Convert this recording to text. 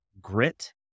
grit